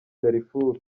darifuru